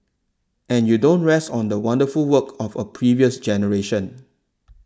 and you don't rest on the wonderful work of a previous generation